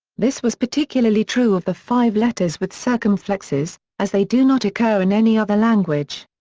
this was particularly true of the five letters with circumflexes, as they do not occur in any other language.